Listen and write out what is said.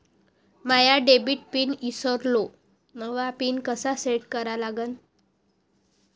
माया debit pin ईसरलो, नवा pin कसा सेट करा लागन?